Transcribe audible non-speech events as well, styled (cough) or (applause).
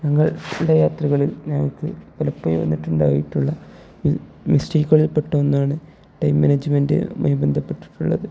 ഞങ്ങളുടെ യാത്രകളിൽ ഞങ്ങൾക്ക് (unintelligible) ഉണ്ടായിട്ടുള്ള മിസ്റ്റേക്കുകളിൽ പെട്ട ഒന്നാണ് ടൈം മാനേജ്മെൻ്റുമായി ബന്ധപ്പെട്ടിട്ടുള്ളത്